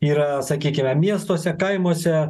yra sakykime miestuose kaimuose